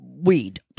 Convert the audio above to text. weed